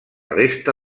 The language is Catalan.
resta